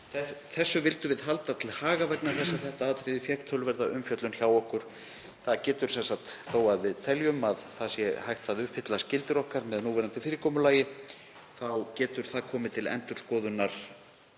Þessu vildum við halda til haga vegna þess að þetta atriði fékk töluverða umfjöllun hjá okkur. Sem sagt, þó að við teljum að það sé hægt að uppfylla skyldur okkar með núverandi fyrirkomulagi, þá getur það komið til endurskoðunar